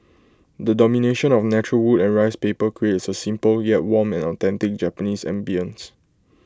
the domination of natural wood and rice paper creates A simple yet warm and authentic Japanese ambience